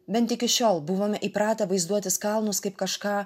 bent iki šiol buvome įpratę vaizduotis kalnus kaip kažką